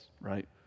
right